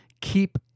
keep